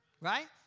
Right